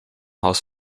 haus